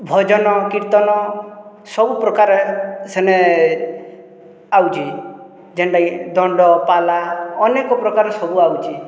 ଭଜନ କୀର୍ତ୍ତନ ସବୁ ପ୍ରକାର ସେନେ ଆଉଛେ ଯେନ୍ଟାକି ଦଣ୍ଡ ପାଲା ଅନେକ୍ ପ୍ରକାର୍ ସବୁ ଆଉଛେ